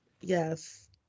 yes